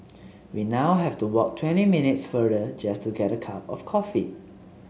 we now have to walk twenty minutes farther just to get a cup of coffee